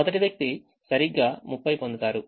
మొదటి వ్యక్తి సరిగ్గా 30 పొందుతారు